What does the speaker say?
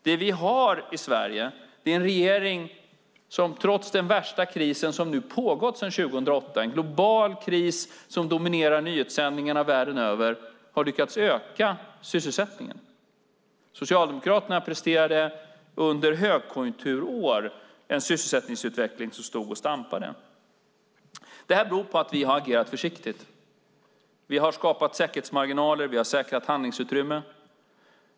Det vi har i Sverige är en regering som trots den värsta krisen, som nu pågått sedan 2008 och är en global kris som dominerar nyhetssändningarna världen över, har lyckats öka sysselsättningen. Socialdemokraterna presterade under högkonjunkturår en sysselsättningsutveckling som stod och stampade. Det här beror på att vi har agerat försiktigt. Vi har skapat säkerhetsmarginaler. Vi har säkrat handlingsutrymme.